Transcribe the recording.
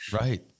Right